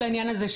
כל העניין הזה,